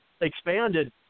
expanded